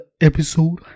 episode